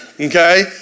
Okay